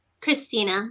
Christina